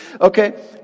Okay